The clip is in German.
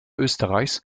österreichs